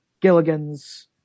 Gilligan's